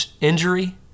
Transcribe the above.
injury